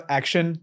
action